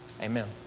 Amen